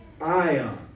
Ion